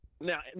Now